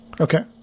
okay